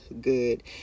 good